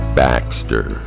baxter